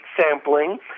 sampling